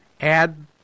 add